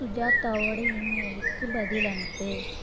சுஜாதாவோட இமெயிலுக்கு பதில் அனுப்பு